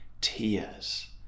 tears